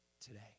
Today